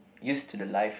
used to the life